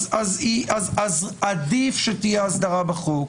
אז עדיף שתהיה הסדרה בחוק.